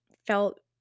felt